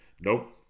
Nope